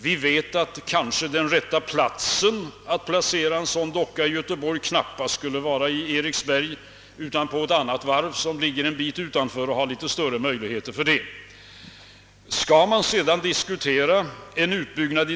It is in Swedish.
Vi vet också att den rätta platsen för en sådan docka i Göteborg knappast är Eriksberg utan ett annat varv som ligger en bit utanför staden och som har litet större möjligheter att klara en sådan anläggning.